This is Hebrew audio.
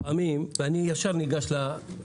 אני ניגש ישר לעניין.